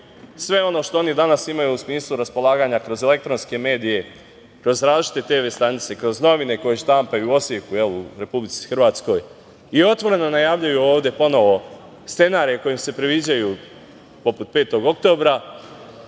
sve ono što oni danas imaju u smislu raspolaganja kroz elektronske medije, kroz različite TV stanice, kroz novine koje štampaju u Osijeku, u Republici Hrvatskoj, i otvoreno najavljuju ovde ponovo scenarije koji im se priviđaju, poput 5. oktobra,